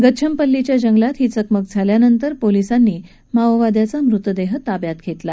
गच्छंपल्लीच्या जंगलात ही चकमक झाल्यानंतर पोलिसांनी या माओवाद्याचा मृतदेह ताब्यात घेतला